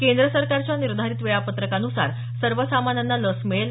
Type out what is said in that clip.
केंद्र सरकारच्या निर्धारित वेळापत्रकान्सार सर्वसामान्यांना लस मिळेल